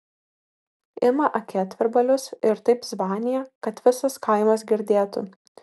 ima akėtvirbalius ir taip zvanija kad visas kaimas girdėtų